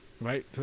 Right